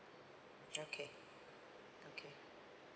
okay okay